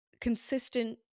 consistent